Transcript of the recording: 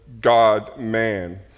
God-man